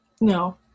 No